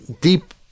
deep